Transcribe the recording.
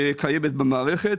שקיימת במערכת.